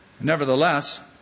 Nevertheless